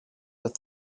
with